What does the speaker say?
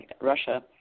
Russia